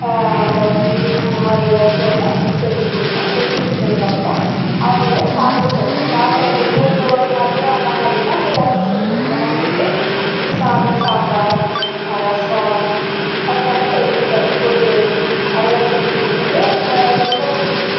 பஜ்ஜி அந்தமாதிரி எதாச்சும் ஒன்று செஞ்சு கொடுப்பேன் செஞ்சு கொடுத்ததுக்கு அப்புறம் அவங்களை சாப்பிட சொல்லுவேன் சாப்பிட்றதுக்கு இப்போ மதியம் வந்தாங்கள் அப்படினா அவங்கள் லன்ச் செஞ்சு கொடுப்பேன் லன்ச்சுக்கு சாதம் சாம்பார் ரசம் அதுக்கான தொட்டுக்க பொறியல் அதுலாம் செஞ்சு கொடுத்துட்டு ரொம்ப